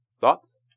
Thoughts